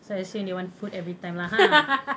so I assume they want food every time lah ha